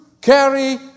carry